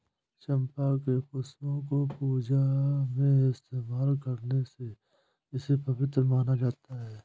चंपा के पुष्पों को पूजा में इस्तेमाल करने से इसे पवित्र माना जाता